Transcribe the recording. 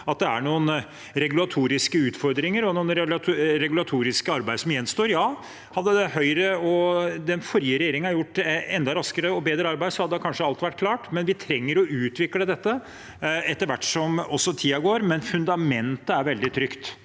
at det er noen regulatoriske utfordringer og noe regulatorisk arbeid som gjenstår. Ja, hadde Høyre og den forrige regjeringen gjort et enda raskere og bedre arbeid, hadde kanskje alt vært klart, men vi trenger å utvikle dette etter hvert som tiden går. Fundamentet for det